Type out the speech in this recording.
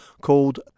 called